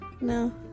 No